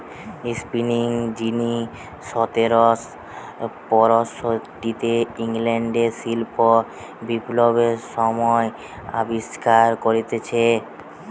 spinning যিনি সতেরশ পয়ষট্টিতে ইংল্যান্ডে শিল্প বিপ্লবের সময় আবিষ্কার কোরেছে